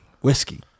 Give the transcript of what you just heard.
whiskey